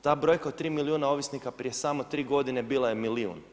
Ta brojka od 3 milijuna ovisnika, prije samo 3 g. bila je milijun.